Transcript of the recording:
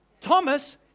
Thomas